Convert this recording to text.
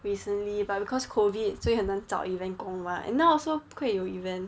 recently but because COVID 所以很难找 event 工 mah and now also 不可以有 event